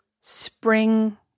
spring